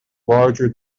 larger